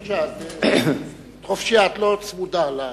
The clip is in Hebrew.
בבקשה, את לא צמודה.